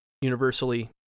universally